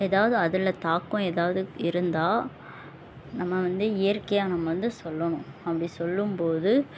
ஏதாவது அதில் தாக்கம் ஏதாவது இருந்தால் நம்ம வந்து இயற்கையாக நம்ம வந்து சொல்லணும் அப்படி சொல்லும்போது